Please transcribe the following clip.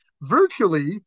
Virtually